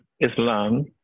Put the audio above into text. Islam